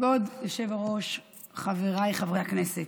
כבוד היושב-ראש, חבריי חברי הכנסת,